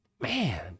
man